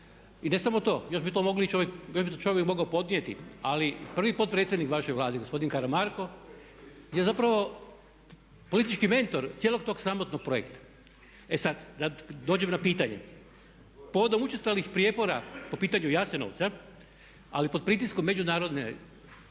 I ne samo to, još bi to čovjek mogao podnijeti, ali prvi potpredsjednik u vašoj Vladi gospodin Karamarko je zapravo politički mentor cijelog tog sramotnog projekta. E sad, da dođem na pitanje. Povodom učestalih prijepora po pitanju Jasenovca ali pod pritiskom međunarodne